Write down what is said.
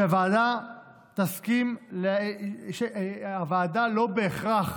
שהוועדה תסכים, הוועדה לא בהכרח